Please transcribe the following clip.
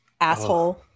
Asshole